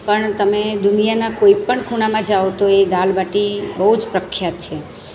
પણ તમે દુનિયાના કોઈ પણ ખૂણામાં જાઓ તો એ દાલબાટી બહુ જ પ્રખ્યાત છે